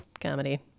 comedy